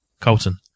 Colton